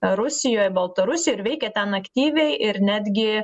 rusijoj baltarusijoj ir veikia ten aktyviai ir netgi